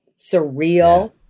surreal